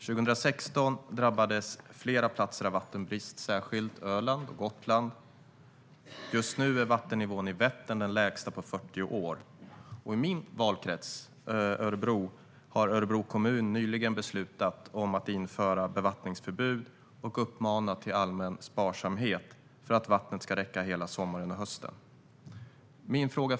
År 2016 drabbades flera platser av vattenbrist, särskilt Öland och Gotland. Just nu är vattennivån i Vättern den lägsta på 40 år. I min valkrets, Örebro, har kommunen nyligen beslutat om att införa bevattningsförbud och uppmanat till allmän sparsamhet för att vattnet ska räcka hela sommaren och hösten. Fru talman!